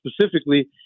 specifically